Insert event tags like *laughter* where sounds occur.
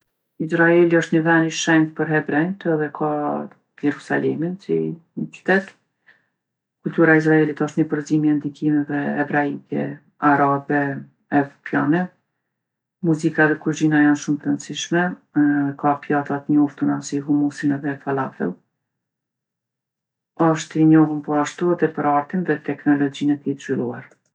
Izraeli osht ni vend i shenjtë për hebrenjtë edhe e ka Jerusalemin si ni qytet. Kultura e Izraelit osht ni përzimje e ndikimeve hebraike, arabe, evropiane. Muzika dhe kuzhina janë shumë t'randsishme *hesitation* ka pjata t'njoftuna si humusin edhe fallafell. Osht i njohun poashtu edhe për artin dhe teknologjinë e tij t'zhvilluar.